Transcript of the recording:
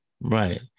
right